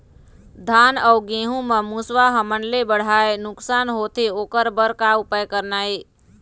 धान अउ गेहूं म मुसवा हमन ले बड़हाए नुकसान होथे ओकर बर का उपाय करना ये?